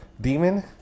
demon